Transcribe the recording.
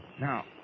Now